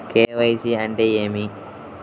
KYC అంటే ఏమి?